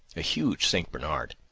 a huge st. bernard,